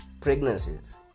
pregnancies